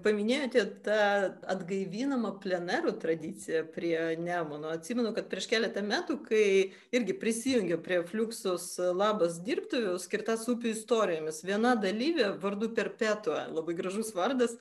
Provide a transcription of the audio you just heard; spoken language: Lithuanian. paminėjote tą atgaivinamą plenerų tradiciją prie nemuno atsimenu kad prieš keletą metų kai irgi prisijungiau prie fluksus labas dirbtuvių skirtas upių istorijoms viena dalyvė vardu perpetua labai gražus vardas